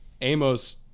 Amos